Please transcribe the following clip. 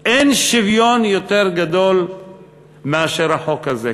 אין שוויון יותר גדול מאשר החוק הזה.